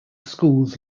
schools